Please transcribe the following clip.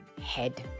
head